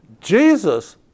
Jesus